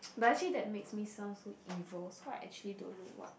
but actually that makes me sound so evil so I actually don't know what